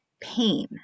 pain